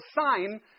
sign